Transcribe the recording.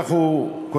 כך הוא כותב,